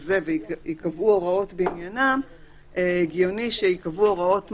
הזה וייקבעו הוראות בעניינם הגיוני שייקבעו הוראות מקבילות,